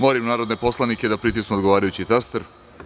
Molim narodne poslanike da pritisnu odgovarajući taster.